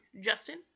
Justin